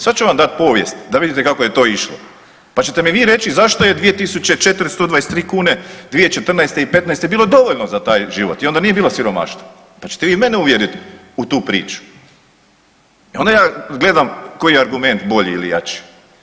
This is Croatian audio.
Sada ću vam dati povijest da vidite kako je to išlo pa ćete mi vi reći zašto je 2.423 kune 2014. i '15. bilo dovoljno za taj život i onda nije bilo siromaštva, pa ćete vi mene uvjerit u tu priču i onda ja gledam koji je argument bolji ili jači.